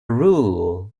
rule